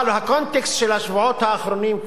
אבל הקונטקסט של השבועות האחרונים,